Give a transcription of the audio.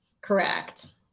Correct